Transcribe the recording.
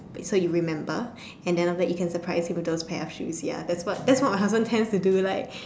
so you remember and then after that you can surprise him with those pairs of shoes ya that's what that's what my husband tends to do like